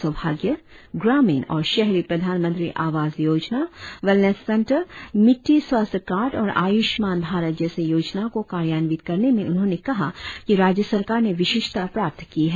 सौभाग्य ग्रामीण और शहरी प्रधानमंत्री आवास योजना वेलनेस सेंटर मिट्टी स्वास्थ्य कार्ड और आयुषमान भारत जैसे योजनाओं को कार्यान्वित करने में उन्होंने कहा कि राज्य सरकर ने तिथिष्टता प्रणत की है